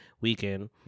weekend